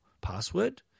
password